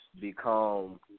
become